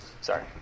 sorry